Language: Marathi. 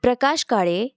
प्रकाश काळे